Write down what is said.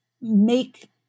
make